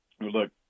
look